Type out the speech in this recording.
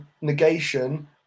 negation